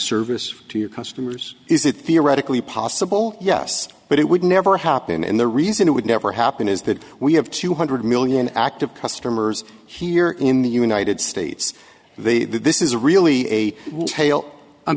service to your customers is it theoretically possible yes but it would never happen and the reason it would never happen is that we have two hundred million active customers here in the united states they that this is really a tale i'm